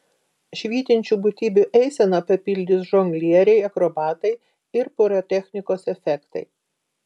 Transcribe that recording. švytinčių būtybių eiseną papildys žonglieriai akrobatai ir pirotechnikos efektai